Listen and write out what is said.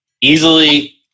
easily